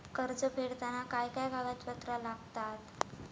कर्ज फेडताना काय काय कागदपत्रा लागतात?